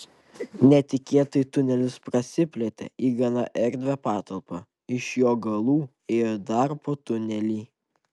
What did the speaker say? netikėtai tunelis prasiplėtė į gana erdvią patalpą iš jo galų ėjo dar po tunelį